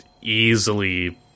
easily